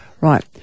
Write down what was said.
Right